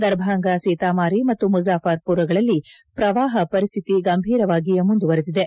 ದರ್ಭಾಂಗ ಸೀತಾಮಾರಿ ಮತ್ತು ಮುಜಾಫರ್ಪುರ್ಗಳಲ್ಲಿ ಪ್ರವಾಹ ಪರಿಸ್ಥಿತಿ ಗಂಭಿರವಾಗಿಯೇ ಮುಂದುವರೆದಿದೆ